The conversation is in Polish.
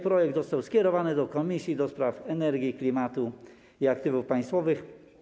Projekt został skierowany do Komisji do Spraw Energii, Klimatu i Aktywów Państwowych.